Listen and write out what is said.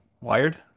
wired